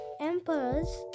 emperors